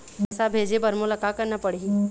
पैसा भेजे बर मोला का करना पड़ही?